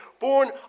born